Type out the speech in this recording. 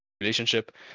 relationship